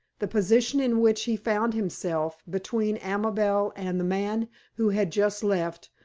the position in which he found himself, between amabel and the man who had just left,